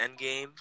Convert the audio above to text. Endgame